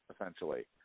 essentially